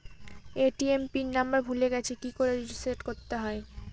ATM pin number ভুলে গেছি কি করে রিসেট করতে হয়?